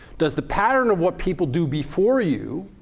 does the pattern of what people do before you